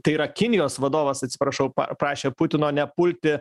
tai yra kinijos vadovas atsiprašau paprašė putino nepulti